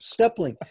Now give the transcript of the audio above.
Stepling